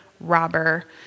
robber